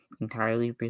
entirely